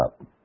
up